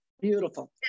Beautiful